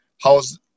how's